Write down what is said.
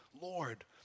Lord